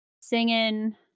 singing